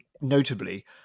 notably